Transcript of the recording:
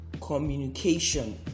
communication